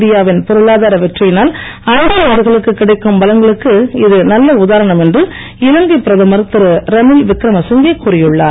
இந்தியாவின் பொருனாதார வெற்றியினால் அண்டை நாடுகளுக்கு கிடைக்கும் பலன்களுக்கு இது நல்ல உதாரணம் என்று இலங்கை பிரதமர் திருரனில் விக்ரம சிங்கே கூறியுள்ளார்